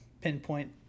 pinpoint